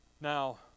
Now